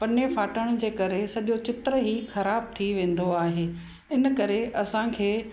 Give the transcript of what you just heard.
पने फाटण जे करे सॼो चित्र ई ख़राबु थी वेंदो आहे इनकरे असांखे